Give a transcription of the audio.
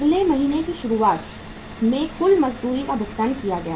अगले महीने की शुरुआत में कुल मजदूरी का भुगतान किया गया